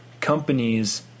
companies